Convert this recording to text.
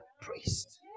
priest